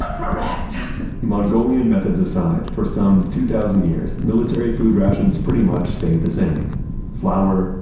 ah correct mongolian methods aside, for some two thousand years, military food rations pretty much stayed the same flour,